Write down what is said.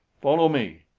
follow me.